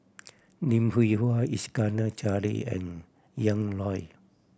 Lim Hwee Hua Iskandar Jalil and Ian Loy